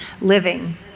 living